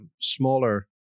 smaller